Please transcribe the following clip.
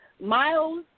Miles